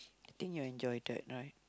think you enjoyed it right